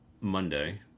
Monday